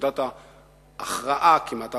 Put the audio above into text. נקודת ההכרעה כמעט,